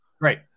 Great